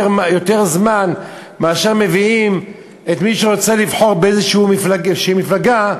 זמן מאשר כשמביאים את מי שרוצה לבחור לאיזו מפלגה,